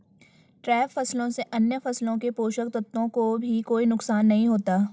trap फसलों से अन्य फसलों के पोषक तत्वों को भी कोई नुकसान नहीं होता